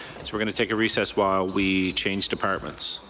we're going to take a recess while we change departments.